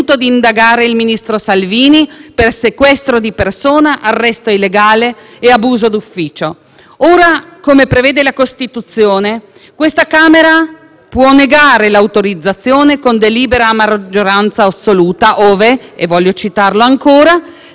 Ora, come prevede la Costituzione, questa Camera può negare l'autorizzazione, con delibera a maggioranza assoluta, «ove» - voglio citarlo ancora - «l'inquisito abbia agito per la tutela di un interesse dello Stato costituzionalmente rilevante».